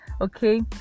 okay